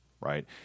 right